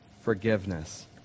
forgiveness